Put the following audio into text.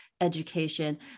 education